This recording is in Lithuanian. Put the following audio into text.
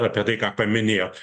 apie tai ką paminėjo